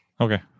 Okay